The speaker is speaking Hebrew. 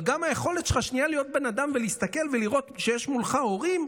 אבל גם היכולת שלך להיות שנייה בן אדם ולהסתכל ולראות שיש מולך הורים,